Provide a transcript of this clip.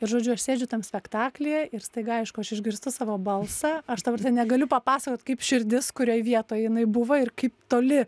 ir žodžiu aš sėdžiu tame spektaklyje ir staiga aišku aš išgirstu savo balsą aš ta prasme negaliu papasakot kaip širdis kurioj vietoj jinai buvo ir kaip toli